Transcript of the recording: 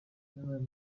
byabaye